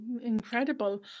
Incredible